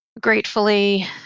gratefully